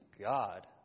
God